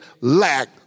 lack